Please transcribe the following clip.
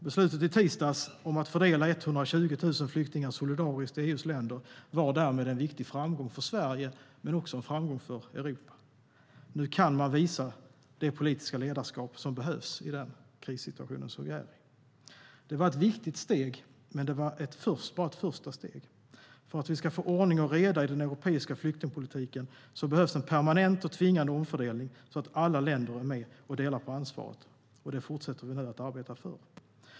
Beslutet som togs i tisdags om att fördela 120 000 flyktingar solidariskt i EU:s länder var därmed en viktig framgång, för Sverige men också för Europa. Nu kan man visa det politiska ledarskap som behövs i den krissituation som vi är i. Det var ett viktigt steg. Men det var bara ett första steg. För att vi ska få ordning och reda i den europeiska flyktingpolitiken behövs en permanent och tvingande omfördelning så att alla länder är med och delar på ansvaret. Det fortsätter vi nu att arbeta för.